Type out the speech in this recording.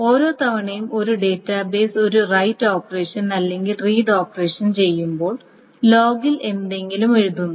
ഓരോ തവണയും ഒരു ഡാറ്റാബേസ് ഒരു റൈറ്റ് ഓപ്പറേഷൻ അല്ലെങ്കിൽ റീഡ് ഓപ്പറേഷൻ ചെയ്യുമ്പോൾ ലോഗിൽ എന്തെങ്കിലും എഴുതുന്നു